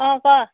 অ ক'